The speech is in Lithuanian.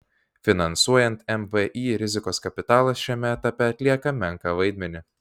finansuojant mvį rizikos kapitalas šiame etape atlieka menką vaidmenį